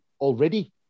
already